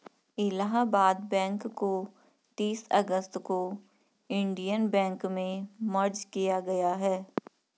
Allahabad bank को तीस अगस्त को इन्डियन बैंक में मर्ज किया गया है